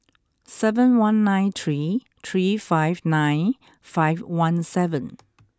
seven one nine three three five nine five one seven